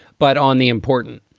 but on the important.